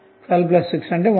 561261